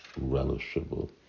relishable